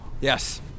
Yes